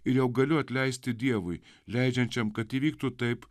ir jau galiu atleisti dievui leidžiančiam kad įvyktų taip